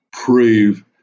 prove